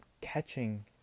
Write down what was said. catching